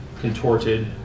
contorted